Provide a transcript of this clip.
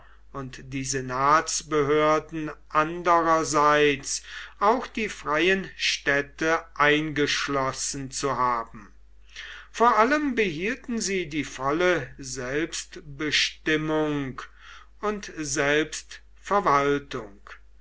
und die senatsbehörden andererseits auch die freien städte eingeschlossen zu haben vor allem behielten sie die volle selbstbestimmung und